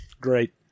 Great